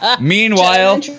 Meanwhile